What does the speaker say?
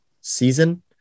season